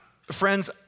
Friends